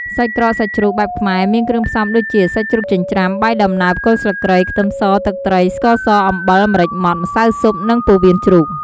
សាច់ក្រកសាច់ជ្រូកបែបខ្មែរមានគ្រឿងផ្សំ ដូចជា សាច់ជ្រូកចិញ្ច្រាំ បាយដំណើប គល់ស្លឹកគ្រៃ ខ្ទឺមស ទឹកត្រី ស្ករស អំបិល ម្រេចម៉ដ្ឋ ម្សៅស៊ុប និងពោះវៀនជ្រូក។